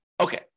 Okay